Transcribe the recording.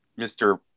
Mr